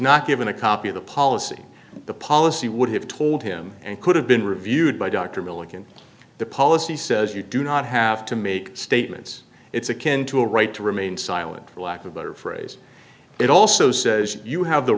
not given a copy of the policy the policy would have told him and could have been reviewed by dr millikan the policy says you do not have to make statements it's akin to a right to remain silent for lack of better phrase it also says you have the